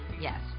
Yes